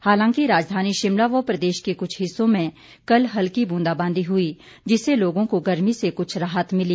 हालांकि राजधानी शिमला व प्रदेश के कुछ हिस्सों में कल हल्की ब्रंदाबादी हुई जिससे लोगों को गर्मी से कुछ राहत मिली